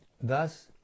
Thus